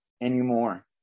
anymore